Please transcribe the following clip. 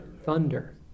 Thunder